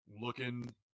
looking